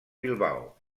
bilbao